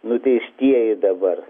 nuteistieji dabar